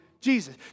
Jesus